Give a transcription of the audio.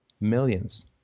Millions